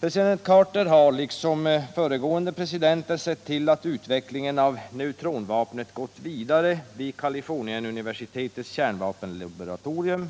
President Carter har liksom föregående presidenter sett till att utvecklingen av neutronvapnet gått vidare vid Kalifornienuniversitetets kärnvapenlaboratorium